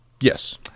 Yes